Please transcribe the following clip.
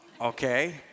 okay